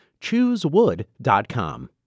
Choosewood.com